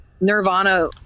Nirvana